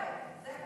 זו כותרת, זו כותרת.